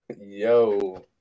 Yo